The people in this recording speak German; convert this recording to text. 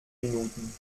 minuten